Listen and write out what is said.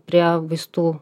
prie vaistų